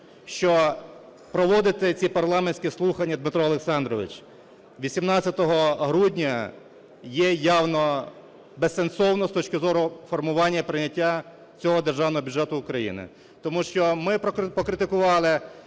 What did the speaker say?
що проводити ці парламентські слухання, Дмитро Олександрович, 18 грудня є явно безсенсовно з точки зору формування і прийняття цього Державного бюджету України. Тому що ми покритикували